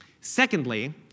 Secondly